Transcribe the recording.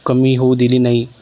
कमी होऊ दिली नाही